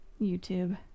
youtube